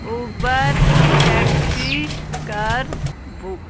Uber taxi کَر book